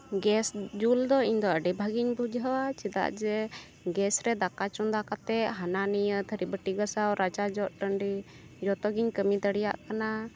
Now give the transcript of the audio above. gas ᱡᱩᱞᱫᱚ ᱤᱧᱫᱚ ᱟᱹᱰᱤ ᱵᱷᱟᱹᱜᱤᱧ ᱵᱩᱡᱷᱟᱹᱣᱟ ᱪᱮᱫᱟᱜ ᱡᱮ ᱜᱮᱥᱨᱮ ᱫᱟᱠᱟ ᱪᱚᱸᱫᱟ ᱠᱟᱛᱮᱫ ᱦᱟᱱᱟ ᱱᱤᱭᱟᱹ ᱛᱷᱟᱹᱨᱤ ᱵᱟᱹᱴᱤ ᱜᱟᱥᱟᱣ ᱨᱟᱪᱟ ᱡᱚᱜ ᱴᱟᱺᱰᱤ ᱡᱚᱛᱚᱜᱮᱧ ᱠᱟᱹᱢᱤ ᱫᱟᱲᱮᱭᱟᱜ ᱠᱟᱱᱟ